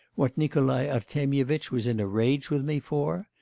what nikolai artemyevitch was in a rage with me for?